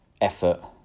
effort